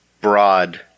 broad